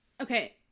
Okay